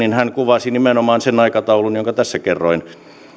kuvasi nimenomaan sen aikataulun jonka tässä kerroin